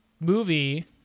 movie